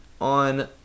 on